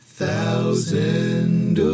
thousand